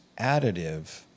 additive